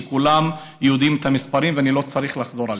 וכולם יודעים את המספרים ואני לא צריך לחזור עליהם.